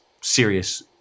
serious